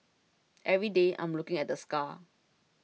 every day I'm looking at the scar